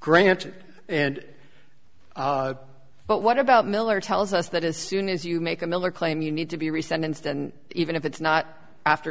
granted and but what about miller tells us that as soon as you make a miller claim you need to be resentenced and even if it's not after